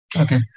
okay